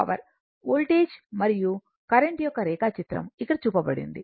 power voltage మరియు current యొక్క రేఖాచిత్రం ఇక్కడ చూపబడింది